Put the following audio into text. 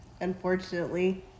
unfortunately